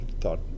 thought